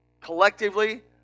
collectively